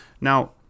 Now